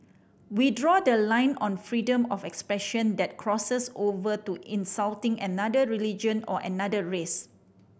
we draw the line on freedom of expression that crosses over to insulting another religion or another race